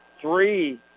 three